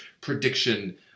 prediction